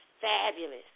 fabulous